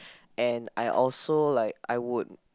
and I also like I would